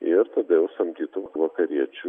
ir todėl samdytų vakariečių